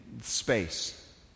space